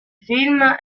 film